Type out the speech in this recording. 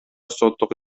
соттук